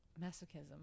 masochism